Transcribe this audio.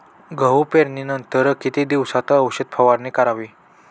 गहू पेरणीनंतर किती दिवसात औषध फवारणी करावी?